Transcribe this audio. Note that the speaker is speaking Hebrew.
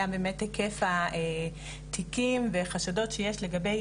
היה באמת היקף התיקים והחשדות שיש לגבי